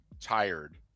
tired